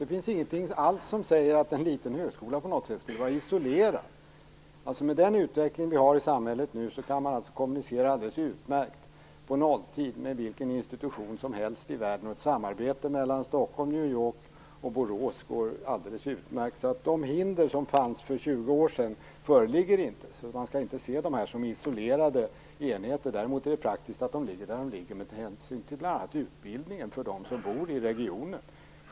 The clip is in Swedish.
Det finns ingenting alls som säger att en liten högskola på något sätt skulle vara isolerad. Med den utveckling vi har i samhället nu kan man kommunicera alldeles utmärkt på nolltid med vilken institution som helst i världen. Ett samarbete mellan Stockholm, New York och Borås går alldeles utmärkt. De hinder som fanns för 20 år sedan föreligger inte. Man skall inte se högskolorna som isolerade enheter. Däremot är det praktiskt att de ligger där de ligger med hänsyn bl.a. till utbildningen för dem som bor i regionen.